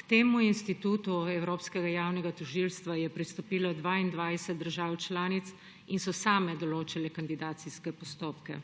K temu institutu Evropskega javnega tožilstva je pristopilo 22 držav članic in so same določale kandidacijske postopke.